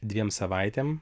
dviem savaitėm